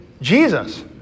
Jesus